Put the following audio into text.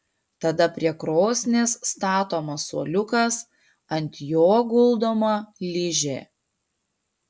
tada prie krosnies statomas suoliukas ant jo guldoma ližė